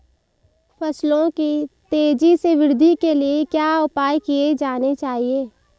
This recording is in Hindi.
फसलों की तेज़ी से वृद्धि के लिए क्या उपाय किए जाने चाहिए?